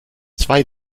zwei